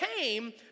came